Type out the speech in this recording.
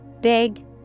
Big